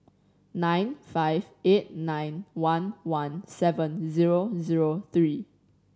nine five eight nine one one seven zero zero three